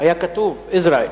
היה כתוב Israel,